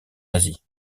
asie